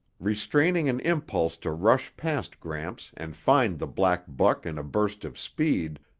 restraining an impulse to rush past gramps and find the black buck in a burst of speed,